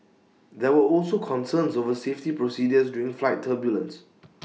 there were also concerns over safety procedures during flight turbulence